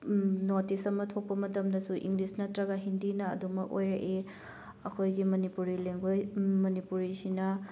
notice ꯑꯃ ꯊꯣꯛꯄ ꯃꯇꯝꯗꯁꯨ ꯏꯪꯂꯤꯁ ꯅꯠꯇ꯭ꯔꯒ ꯍꯤꯟꯗꯤꯅ ꯑꯗꯨꯃꯛ ꯑꯣꯏꯔꯛꯏ ꯑꯩꯈꯣꯏꯒꯤ ꯃꯅꯤꯄꯨꯔꯤ ꯂꯦꯡꯒ꯭ꯋꯦꯖ ꯃꯅꯤꯄꯨꯔꯤꯁꯤꯅ